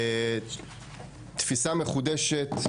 ותפיסה מחודשת,